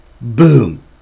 boom